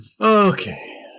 Okay